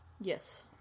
Yes